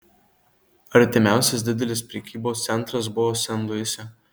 artimiausias didelis prekybos centras buvo sen luise